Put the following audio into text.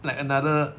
like another